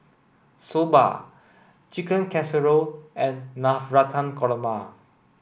Soba Chicken Casserole and Navratan Korma